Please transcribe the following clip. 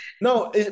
no